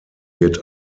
wird